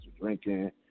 drinking